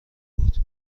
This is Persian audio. بود